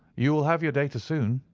you will have your data soon,